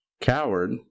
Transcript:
Coward